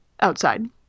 outside